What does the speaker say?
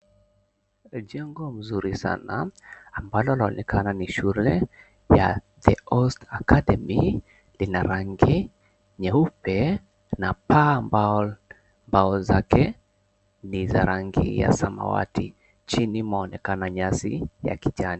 Jengo mzuri sana ambalo linaonekana ni shule ya "The Host Academy" lina rangi nyeupe na paa ambao mbao zake ni za rangi ya samawati. Chini mwaonekana nyasi ya kijani.